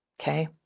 Okay